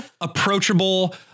approachable